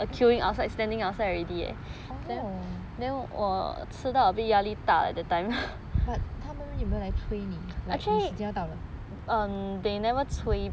but 他们有没有来催你 like 你的时间要到了